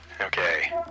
Okay